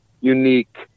unique